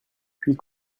puis